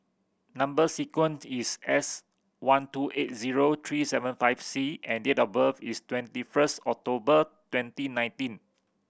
number sequence is S one two eight zero three seven five C and date of birth is twenty first October twenty nineteen